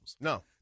no